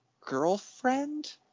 girlfriend